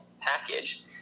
package